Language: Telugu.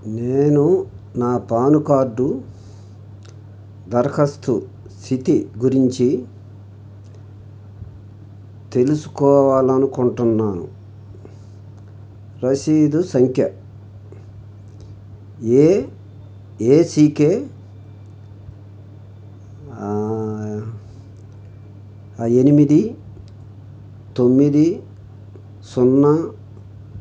నేను నా పాను కార్డు దరఖాస్తు స్థితి గురించి తెలుసుకోవాలి అనుకుంటున్నాను రసీదు సంఖ్య ఏ ఏసీకే ఎనిమిది తొమ్మిది సున్నా